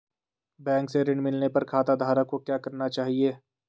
Bank से ऋण मिलने पर खाताधारक को क्या करना चाहिए?